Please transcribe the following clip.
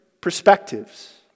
perspectives